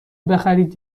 بخرید